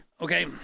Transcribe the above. Okay